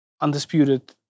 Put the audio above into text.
undisputed